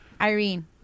Irene